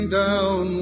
down